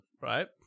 right